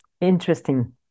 Interesting